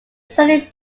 certainly